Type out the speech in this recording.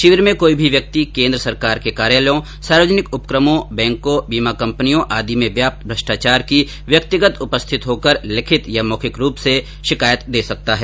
शिविर में कोई भी व्यक्ति केन्द्र सरकार के कार्यालयों सार्वजनिक उपक्रमों बैंकों बीमा कंपनियों आदि में व्याप्त भ्रष्टाचार की व्यक्तिगत उपस्थित होकर लिखित या मौखिक रूप से दे सकता है